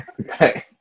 okay